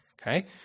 Okay